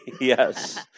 Yes